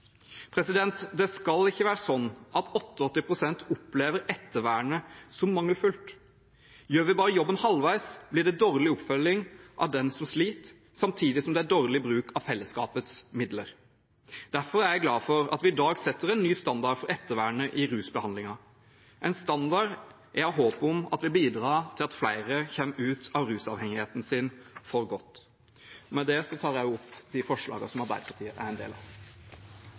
Det skal ikke være sånn at 88 pst. opplever ettervernet som mangelfullt. Gjør vi jobben bare halvveis, blir det dårlig oppfølging av den som sliter, samtidig som det er dårlig bruk av fellesskapets midler. Derfor er jeg glad for at vi i dag setter en ny standard for ettervernet i rusbehandlingen, en standard jeg har håp om at vil bidra til at flere kommer ut av rusavhengigheten sin for godt. Med det anbefaler jeg innstillingen. Ettervern er en del av